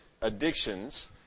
addictions